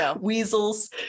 weasels